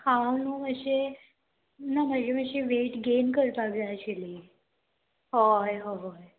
हांव न्हू मातशें ना म्हाजी मातशी वेट गेन करपाक जाय आशिल्ली हय हय